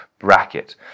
bracket